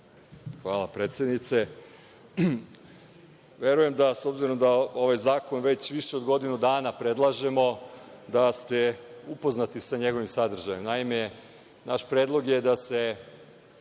Hvala predsednice. Verujem da, s obzirom da ovaj zakon već više od godinu dana, predlažemo da ste upoznati sa njegovim sadržajem. Naime, naš predlog je da se